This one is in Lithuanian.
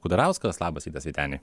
kudarauskas labas rytas vyteni